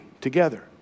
together